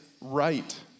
right